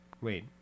wait